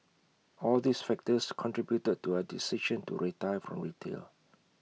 all these factors contributed to our decision to retire from retail